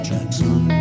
Jackson